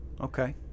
Okay